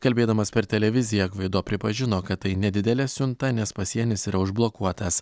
kalbėdamas per televiziją gvaido pripažino kad tai nedidelė siunta nes pasienis yra užblokuotas